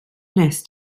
wnest